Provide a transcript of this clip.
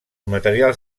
materials